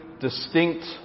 distinct